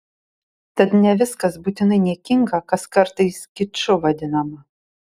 tad ne viskas būtinai niekinga kas kartais kiču vadinama